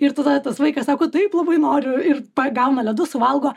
ir tada tas vaikas sako taip labai noriu ir pagauna ledus suvalgo